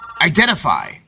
identify